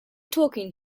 talking